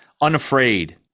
unafraid